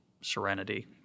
serenity